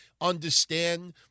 understand